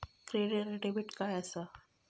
Credit आणि debit काय असता?